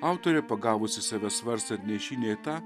autorė pagavusi save svarstant nei šį nei tą